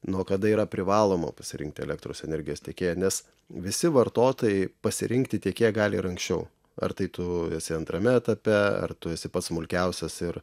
nuo kada yra privaloma pasirinkti elektros energijos tiekėją nes visi vartotojai pasirinkti tiekėją gali ir anksčiau ar tai tu esi antrame etape ar tu esi pats smulkiausias ir